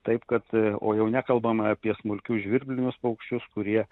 taip kad o jau nekalbam apie smulkius žvirblinius paukščius kurie